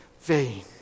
vain